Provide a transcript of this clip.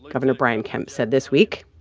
gov. and brian kemp said this week,